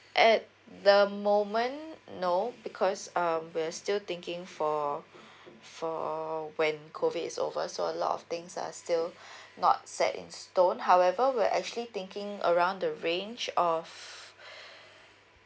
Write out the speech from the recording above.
at the moment no because um we're still thinking for for when COVID is over so a lot of things are still not set in stone however we're actually thinking around the range of